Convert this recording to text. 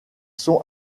sont